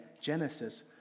Genesis